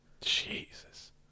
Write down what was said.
Jesus